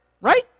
right